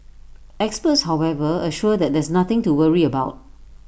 experts however assure that there's nothing to worry about